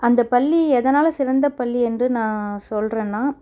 அந்த பள்ளி எதனால் சிறந்த பள்ளி என்று நான் சொல்கிறனா